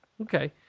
okay